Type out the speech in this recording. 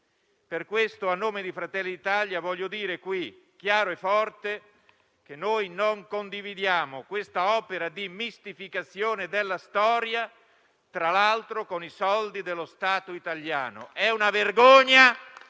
Per questo, a nome di Fratelli d'Italia, voglio dire chiaro e forte che non condividiamo quest'opera di mistificazione della storia, tra l'altro con i soldi dello Stato italiano.